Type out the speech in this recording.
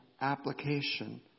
application